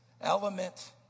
element